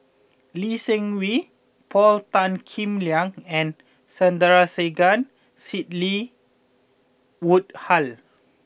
Lee Seng Wee Paul Tan Kim Liang and Sandrasegaran Sidney Woodhull